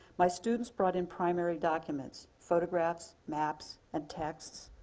my students brought in primary documents. photographs, maps, and texts,